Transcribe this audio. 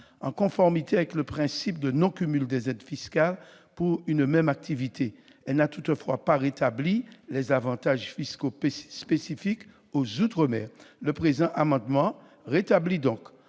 en conformité avec le principe de non-cumul des aides fiscales pour une même activité. Elle n'a toutefois pas rétabli les avantages fiscaux spécifiques aux outre-mer. En cohérence avec la loi